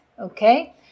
okay